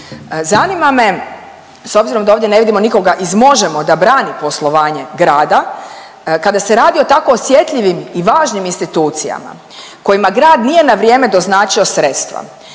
Zanima me s obzirom da ovdje ne vidim nikoga iz Možemo da brani poslovanje grada, kada se radi o tako osjetljivim i važnim institucijama kojima grad nije na vrijeme doznačio sredstva